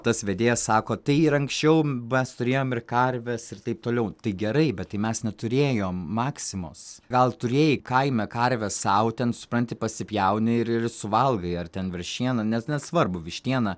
tas vedėjas sako tai ir anksčiau mes turėjome ir karves ir taip toliau tai gerai bet tai mes neturėjom maksimos gal turėjai kaime karvę sau ten supranti pasipjauni ir ir suvalgai ar ten veršieną nes nesvarbu vištiena